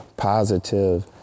positive